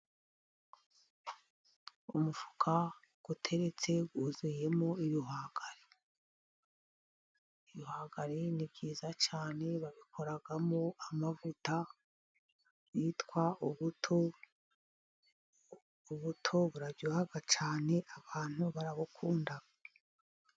Umufuka uteretse wuzuyemo ibihwagari. Ibihwagari ni byiza cyane babikoramo amavuta yitwa ubuto. Ubuto buraryoha cyane abantu barabukunda.